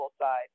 side